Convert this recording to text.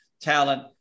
talent